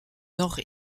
nord